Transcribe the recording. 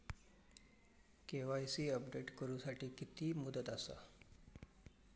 KYC update करू साठी किती मुदत आसा?